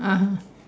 (uh huh)